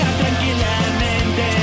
tranquilamente